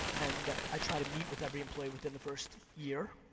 and i try to meet with every employee within the first year.